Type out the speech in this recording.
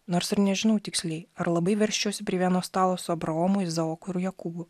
nors ir nežinau tiksliai ar labai veržčiausi prie vieno stalo su abraomu izaoku ir jokūbu